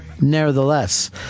nevertheless